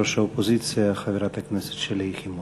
האופוזיציה, חברת הכנסת שלי יחימוביץ.